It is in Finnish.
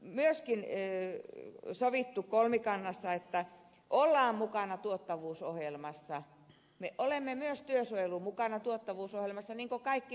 siitä on myöskin sovittu kolmikannassa että ollaan mukana tuottavuusohjelmassa työsuojelu on myös mukana tuottavuusohjelmassa niin kuin kaikki muutkin alueet